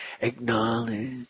acknowledge